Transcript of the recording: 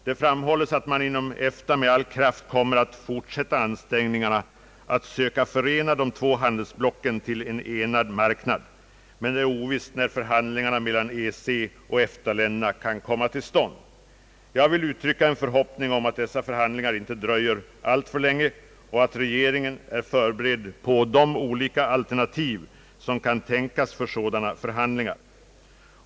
Det framhålles att man inom EFTA med all kraft kommer att fortsätta ansträngningarna att söka förena de två handelsblocken till en enad marknad, men det är ovisst när förhandlingarna mellan EEC och EFTA länderna kan komma till stånd. Jag vill uttrycka en förhoppning om att dessa förhandlingar inte dröjer alltför länge och att regeringen är förberedd för de olika alternativ som kan tänkas vid sådana förhandlingar.